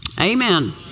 Amen